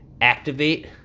activate